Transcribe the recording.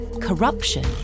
corruption